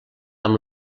amb